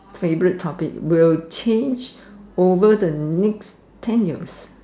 favorite topic will change over the next ten years